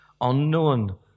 unknown